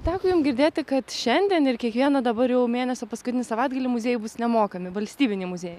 teko jum girdėti kad šiandien ir kiekvieną dabar jau mėnesio paskutinį savaitgalį muziejai bus nemokami valstybiniai muziejai